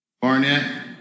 Barnett